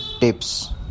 tips